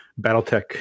Battletech